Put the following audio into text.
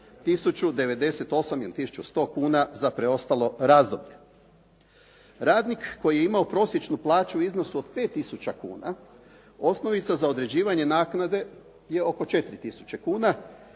1098 ili 1100 kn za preostalo razdoblje. Radnik koji je imao prosječnu plaću u iznosu od 5000 kn osnovica za određivanje naknade je oko 4000 kn